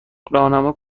راهنما